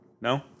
No